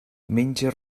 menja